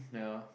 ya